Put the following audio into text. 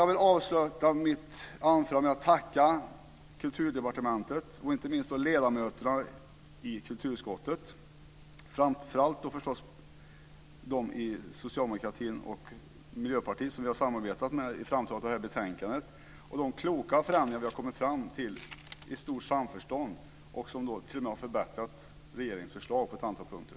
Jag vill avsluta mitt anförande med att tacka Kulturdepartementet och inte minst ledamöterna i kulturutskottet - framför allt socialdemokrater och miljöpartister som vi har samarbetat med i framtagandet av detta betänkande - för de kloka förändringar vi i stort samförstånd har kommit fram till och som t.o.m. har förbättrat regeringens förslag på ett antal punkter.